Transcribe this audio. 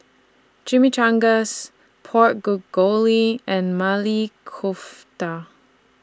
Chimichangas Pork and Maili Kofta